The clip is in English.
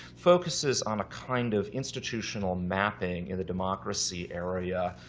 focuses on a kind of institutional mapping in the democracy area.